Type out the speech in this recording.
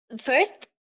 First